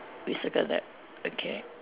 you circle that okay